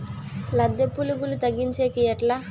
లద్దె పులుగులు తగ్గించేకి ఎట్లా?